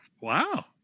Wow